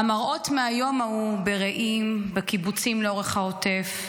המראות מהיום ההוא ברעים, בקיבוצים לאורך העוטף,